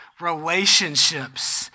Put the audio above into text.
Relationships